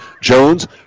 Jones